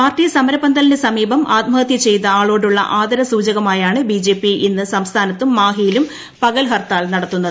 party സുമര്പുന്തലിന് സമീപം ആത്മഹത്യ ചെയ്ത ആളോടുള്ള ആദരസൂച്കമായാണ് ബിജെപി ഇന്ന് സംസ്ഥാനത്തും മാഹിയിലും പകൽ ഹർത്താൽ നടത്തുന്നത്